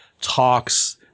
talks